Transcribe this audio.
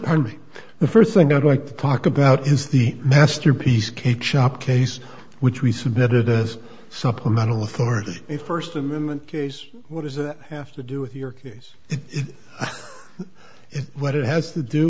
darn me the first thing i'd like to talk about is the masterpiece cake shop case which we submitted as supplemental authority a first amendment case what does that have to do with your case it is what it has to do